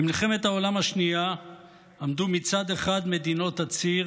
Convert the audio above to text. במלחמת העולם השנייה עמדו מצד אחד מדינות הציר